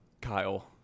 Kyle